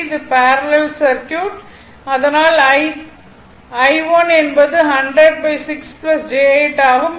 இது parallel circuit அதனால் I1 என்பது 100 6 j 8 ஆகும்